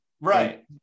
Right